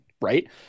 right